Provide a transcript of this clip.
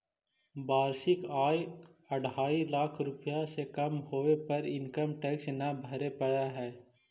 वार्षिक आय अढ़ाई लाख रुपए से कम होवे पर इनकम टैक्स न भरे पड़ऽ हई